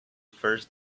first